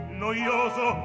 noioso